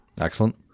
Excellent